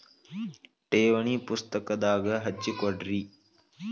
ಠೇವಣಿ ಪುಸ್ತಕದಾಗ ಹಚ್ಚಿ ಕೊಡ್ರಿ